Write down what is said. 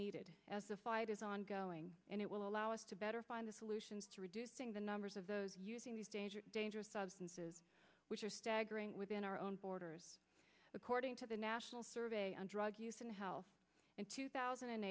needed as the fight is ongoing and it will allow us to better find the solutions to reducing the numbers of those using these dangerous dangerous substances which are staggering within our own borders according to the national survey on drug use and health in two thousand and